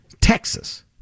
Texas